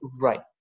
Right